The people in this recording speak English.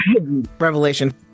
revelation